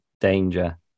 Danger